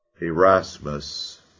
Erasmus